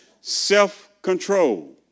Self-control